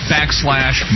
Backslash